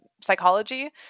psychology